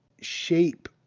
shape